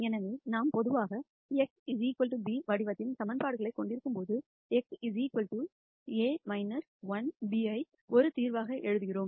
எனவே நாம் பொதுவாக x b வடிவத்தின் சமன்பாடுகளைக் கொண்டிருக்கும்போது x A 1b ஐ ஒரு தீர்வாக எழுதுகிறோம்